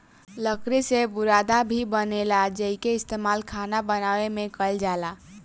लकड़ी से बुरादा भी बनेला जेइके इस्तमाल खाना बनावे में कईल जाला